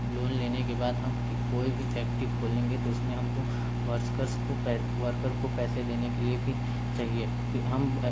loan लेने के बाद हम कोई भी फैक्ट्री खोलेंगे तो उसमें हमको वर्सकर्स को वर्कर को पैसे देने के लिए भी चाहिए तो हम